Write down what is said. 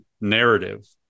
narrative